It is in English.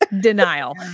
Denial